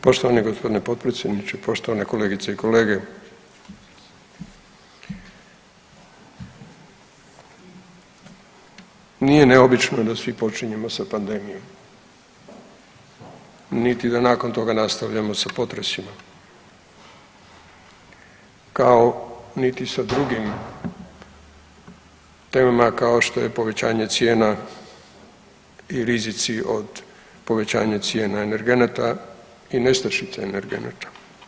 Poštovani gospodine potpredsjedniče, poštovane kolegice i kolege, nije neobično da svi počinjemo sa pandemijom, niti da nakon toga da nastavljamo sa potresima kao niti sa drugim temama kao što je povećanje cijena i rizici od povećanja cijena energenata i nestašica energenata.